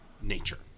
nature